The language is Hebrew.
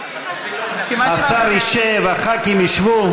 השר ישב, הח"כים ישבו.